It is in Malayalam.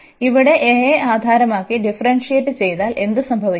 പക്ഷേ ഇവിടെ aയെ ആധാരമാക്കി ഡിഫറെന്സിയേറ്റ് ചെയ്താൽ എന്തുസംഭവിക്കും